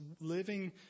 living